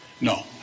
No